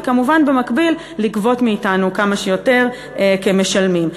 וכמובן במקביל לגבות מאתנו כמה שיותר כמשלמים.